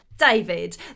David